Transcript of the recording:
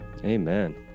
Amen